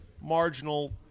marginal